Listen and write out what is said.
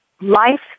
Life